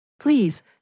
Please